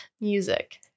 Music